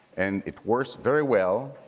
and it works very well.